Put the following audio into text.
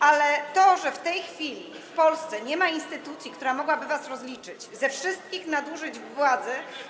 Ale to, że w tej chwili w Polsce nie ma instytucji, która mogłaby was rozliczyć ze wszystkich nadużyć władzy.